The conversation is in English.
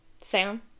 Sam